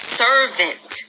servant